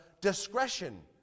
discretion